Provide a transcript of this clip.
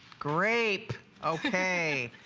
grape okay.